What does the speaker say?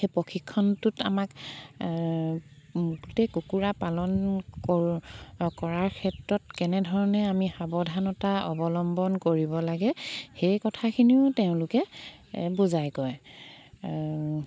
সেই প্ৰশিক্ষণটোত আমাক গোটেই কুকুৰা পালন কৰো কৰাৰ ক্ষেত্ৰত কেনেধৰণে আমি সাৱধানতা অৱলম্বন কৰিব লাগে সেই কথাখিনিও তেওঁলোকে বুজাই কয়